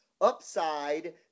upside